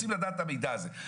רוצים לדעת את המידע הזה.